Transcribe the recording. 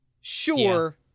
sure